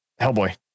Hellboy